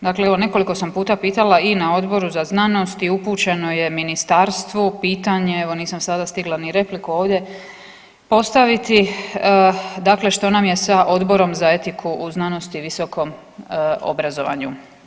Dakle, evo nekoliko sam puta pitala i na Odboru za znanost i upućeno je ministarstvu pitanje evo nisam sada stigla ni repliku ovdje postaviti, dakle što nam je sa odborom za etiku u znanosti i visokom obrazovanju.